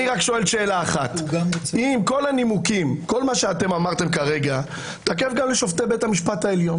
אם כל מה שאמרתם כרגע תקף גם לגבי שופטי בית המשפט העליון